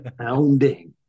pounding